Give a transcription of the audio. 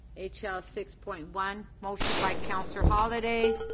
h l six point one, motion by councillor holyday,